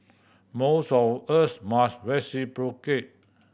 most of us must reciprocate